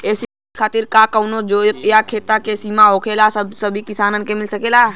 KCC खातिर का कवनो जोत या खेत क सिमा होला या सबही किसान के मिल सकेला?